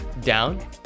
Down